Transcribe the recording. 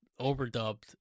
overdubbed